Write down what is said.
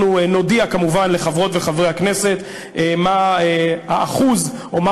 נודיע כמובן לחברות וחברי הכנסת מה האחוז או מה